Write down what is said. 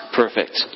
perfect